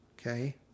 okay